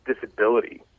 disability